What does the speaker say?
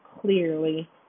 clearly